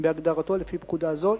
בהגדרתו לפי פקודה זו.